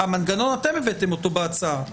את המנגנון אתם הבאתם בהצעה,